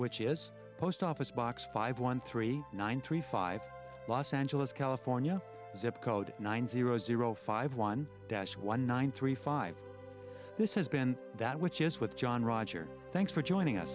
which is post office box five one three one three five los angeles california zip code nine zero zero five one dash one nine three five this has been that which is with john roger thanks for joining us